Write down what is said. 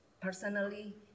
personally